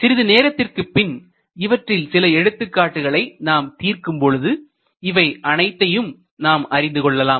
சிறிது நேரத்திற்குப் பின் இவற்றில் சில எடுத்துக்காட்டுகளை நாம் தீர்க்கும் பொழுது இவை அனைத்தையும் நாம் அறிந்து கொள்ளலாம்